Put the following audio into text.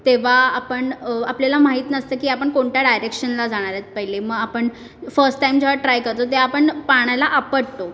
तेव्हा आपण आपल्याला माहीत नसतं की आपण कोणत्या डायरेक्शनला जाणारेत पहिले मग आपण फस्ट टाईम जेव्हा ट्राय करतो ते आपण पाण्याला आपटतो